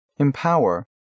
Empower